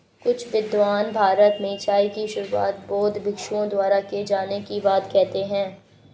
कुछ विद्वान भारत में चाय की शुरुआत बौद्ध भिक्षुओं द्वारा किए जाने की बात कहते हैं